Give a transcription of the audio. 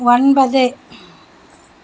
ஒன்பது